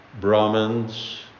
Brahmins